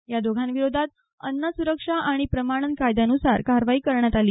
या दोघांविरोधात अन्नसुरक्षा आणि प्रमाणन कायद्यान्सार कारवाई करण्यात आली